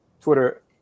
Twitter